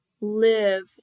live